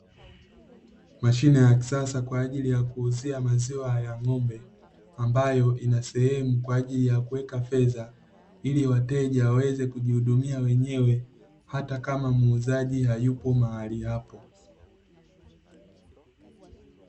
Mashine ya kisasa kwa ajili ya kuuzia maziwa ya ng'ombe, ambayo ina sehemu kwa ajili ya kuweka fedha, ili wateja waweze kujihudumia mwenyewe, hata kama muuzaji hayupo mahali hapo.